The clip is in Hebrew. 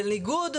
בניגוד